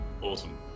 Awesome